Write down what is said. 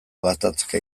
gatazka